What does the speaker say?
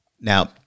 Now